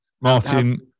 Martin